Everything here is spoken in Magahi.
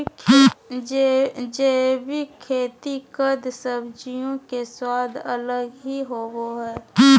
जैविक खेती कद सब्जियों के स्वाद अलग ही होबो हइ